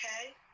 okay